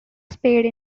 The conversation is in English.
spade